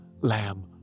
Lamb